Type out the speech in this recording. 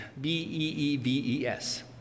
B-E-E-V-E-S